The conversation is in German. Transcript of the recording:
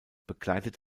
begleitet